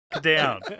down